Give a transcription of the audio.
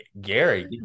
Gary